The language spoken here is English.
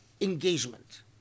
engagement